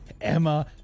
Emma